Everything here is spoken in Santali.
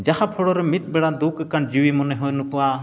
ᱡᱟᱦᱟᱸ ᱯᱷᱚᱲᱚᱨᱮ ᱢᱤᱫᱵᱮᱲᱟ ᱫᱩᱠ ᱟᱠᱟᱱ ᱡᱤᱣᱤ ᱢᱚᱱᱮ ᱦᱚᱸᱭ ᱱᱚᱯᱩᱣᱟ